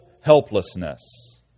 Helplessness